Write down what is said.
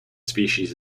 species